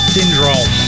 Syndrome